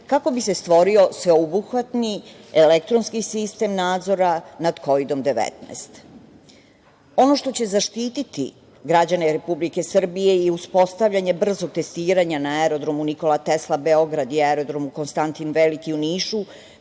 kako bi se stvorio sveobuhvatni elektronski sistem nadzora nad Kovidom-19.Ono što će zaštiti građane Republike Srbije je uspostavljanje brzog testiranja na aerodromu Nikola Tesla Beograd i aerodromu Konstantin Veliki u Nišu,